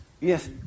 Yes